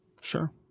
sure